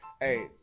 hey